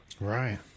Right